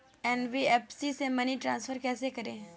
NBFC से money transfer कैसे करें?